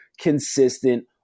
consistent